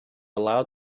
allowed